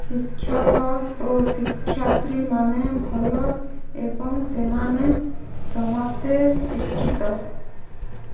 ଶିକ୍ଷକ ଓ ଶିକ୍ଷୟତ୍ରୀମାନେ ଭଲ ଏବଂ ସେମାନେ ସମସ୍ତେ ଶିକ୍ଷିତ